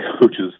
coaches